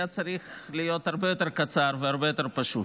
צריך להיות הרבה יותר קצר והרבה יותר פשוט.